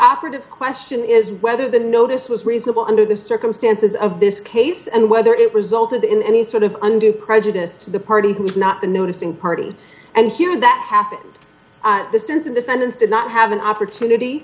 operative question is whether the notice was reasonable under the circumstances of this case and whether it resulted in any sort of undue prejudice to the party who was not the noticing party and hearing that happened the stance of defendants did not have an opportunity